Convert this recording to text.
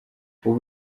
ubu